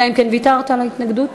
אלא אם כן ויתרת על ההתנגדות.